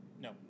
No